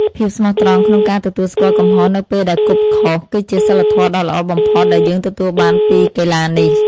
ភាពស្មោះត្រង់ក្នុងការទទួលស្គាល់កំហុសនៅពេលដែលគប់ខុស គឺជាសីលធម៌ដ៏ល្អបំផុតដែលយើងទទួលបានពីកីឡានេះ។